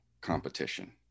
competition